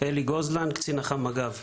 אלי גוזלן, קציר אח"מ מג"ב.